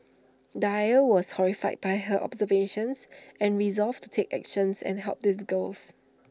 dyer was horrified by her observations and resolved to take actions and help these girls